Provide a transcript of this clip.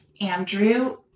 Andrew